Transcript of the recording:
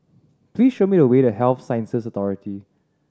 please show me the way to Health Sciences Authority